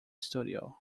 studio